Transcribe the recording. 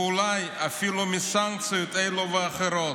ואולי אפילו מסנקציות אלו ואחרות,